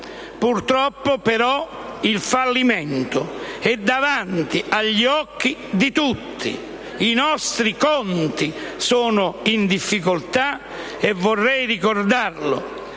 Purtroppo, però, il fallimento è davanti agli occhi di tutti: i nostri conti sono in difficoltà, e vorrei ricordare